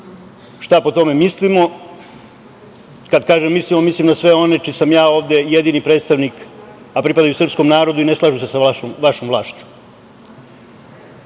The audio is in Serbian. šta o tome mislimo. Kada kažem mislimo, mislim na sve one čiji sam ja ovde jedini predstavnik, a pripadaju srpskom narodu i ne slažu se sa vašom vlašću.